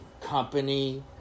company